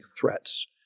threats